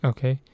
Okay